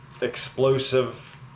explosive